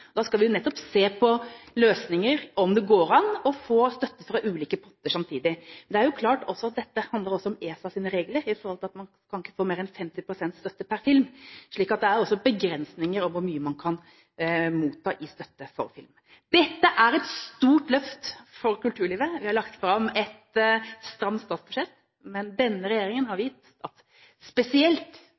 Da skal vi se på løsninger, om det går an å få støtte fra ulike potter samtidig. Men det er klart at dette handler også om ESAs regler om at man ikke kan få mer enn 50 pst. støtte per film, så det er også begrensninger for hvor mye man kan motta i støtte for film. Dette er et stort løft for kulturlivet. Vi har lagt fram et stramt statsbudsjett, men denne regjeringen har vist at spesielt